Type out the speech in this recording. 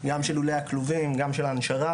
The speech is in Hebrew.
גם של לולי הכלובים וגם של ההנשרה.